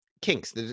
Kinks